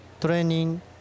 training